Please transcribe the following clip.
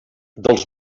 dels